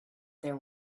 there